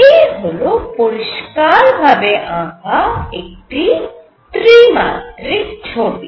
এই হল পরিষ্কার ভাবে আঁকা একটি ত্রিমাত্রিক ছবি